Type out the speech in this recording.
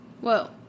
Whoa